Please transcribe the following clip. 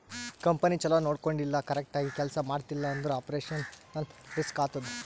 company ಛಲೋ ನೊಡ್ಕೊಂಡಿಲ್ಲ, correct ಆಗಿ ಕೆಲ್ಸಾ ಮಾಡ್ತಿಲ್ಲ ಅಂದುರ್ ಆಪರೇಷನಲ್ ರಿಸ್ಕ್ ಆತ್ತುದ್